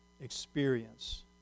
experience